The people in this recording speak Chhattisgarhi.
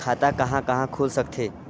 खाता कहा कहा खुल सकथे?